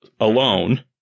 alone